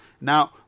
Now